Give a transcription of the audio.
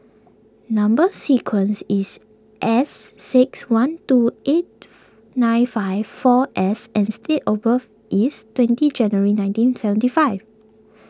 Number Sequence is S six one two eight nine five four S and date of birth is twenty January nineteen seventy five